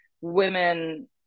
women